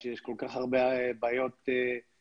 שיש כל כך הרבה בעיות במדינה,